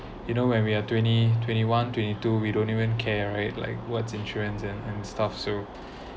you know when we are twenty twenty one twenty two we don't even care right like what's insurance and and stuff so